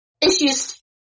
issues